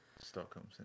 Stockholm